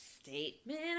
statement